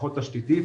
פחות תשתיתית,